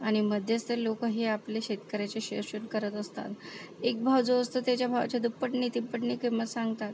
आणि मध्यस्थ लोक ही आपल्या शेतकऱ्याचे शोषण करत असतात एक भाव जो असतो त्याच्या भावाच्या दुप्पटनी तिप्पटनी किंमत सांगतात